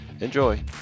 Enjoy